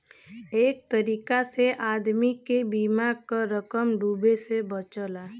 एक तरीका से आदमी के बीमा क रकम डूबे से बचला